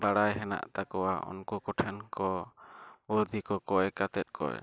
ᱵᱟᱲᱟᱭ ᱦᱮᱱᱟᱜ ᱛᱟᱠᱚᱣᱟ ᱩᱱᱠᱩ ᱠᱚᱴᱷᱮᱱ ᱠᱚ ᱵᱩᱫᱷᱤᱠᱚ ᱠᱚᱭ ᱠᱟᱛᱮᱫ ᱠᱚ